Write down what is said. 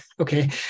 Okay